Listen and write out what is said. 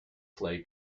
play